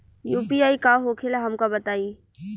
UPI का होखेला हमका बताई?